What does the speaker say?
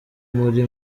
muri